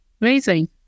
Amazing